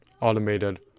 automated